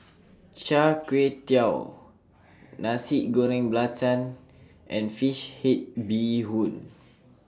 Char Kway Teow Nasi Goreng Belacan and Fish Head Bee Hoon